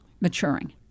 maturing